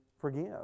forgive